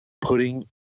putting